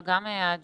אבל גם ה-JAMA,